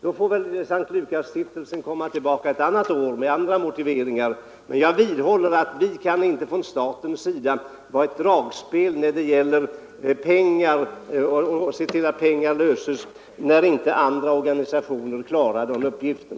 S:t Lukasstiftelsen får väl komma tillbaka ett annat år med andra motiveringar — men jag vidhåller att staten inte kan fungera som ett dragspel och se till att pengar lösgörs när organisationer inte själva klarar den uppgiften.